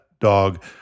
dog